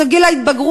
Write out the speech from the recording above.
זה גיל ההתבגרות.